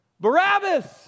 Barabbas